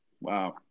Wow